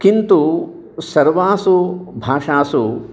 किन्तु सर्वासु भाषासु